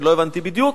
אני לא הבנתי בדיוק.